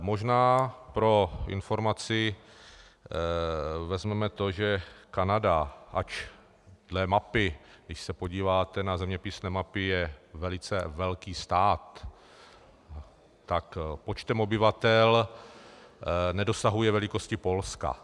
Možná pro informaci vezmeme to, že Kanada, ač dle mapy když se podíváte na zeměpisné mapy je velice velký stát, tak počtem obyvatel nedosahuje velikosti Polska.